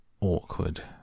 awkward